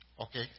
Okay